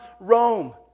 Rome